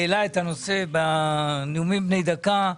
העלה את הנושא בנאומים בני-דקה,